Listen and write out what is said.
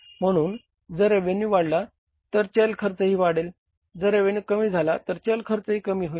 म्हणून जर रेव्हेन्यू वाढला तर चल खर्चही वाढेल जर रेव्हेन्यू कमी झाला तर चल खर्चही कमी होईल